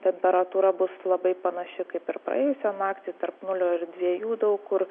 temperatūra bus labai panaši kaip ir praėjusią naktį tarp nulio ir dviejų daug kur